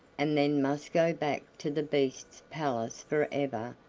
and then must go back to the beast's palace for ever,